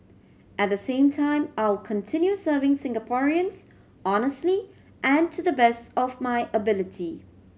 at the same time I will continue serving Singaporeans honestly and to the best of my ability